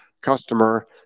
customer